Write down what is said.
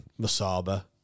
Masaba